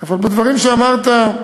אבל בדברים שאמרת,